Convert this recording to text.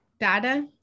data